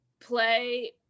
play